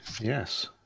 yes